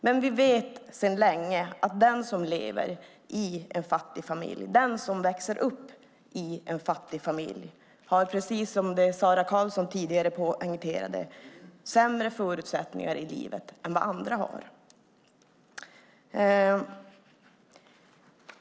Men vi vet sedan länge att den som lever i en fattig familj, den som växer upp i en fattig familj, har, precis som Sara Karlsson tidigare poängterade, sämre förutsättningar i livet än andra.